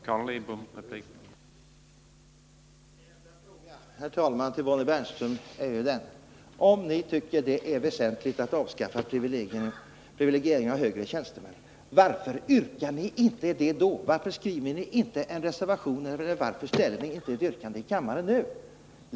Herr talman! Min enda fråga till Bonnie Bernström är: Om ni tycker att det är väsentligt att avskaffa privilegieringen av högre tjänstemän, varför har ni då inte gett uttryck för detta i form av ett yrkande eller en reservation, och varför framställer ni inte ett yrkande här i kammaren?